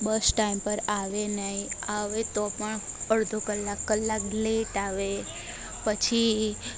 બસ time પર આવે નહીં આવે તો પણ અડધો કલાક કલાક લેટ આવે પછી